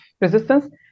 resistance